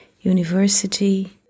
university